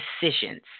decisions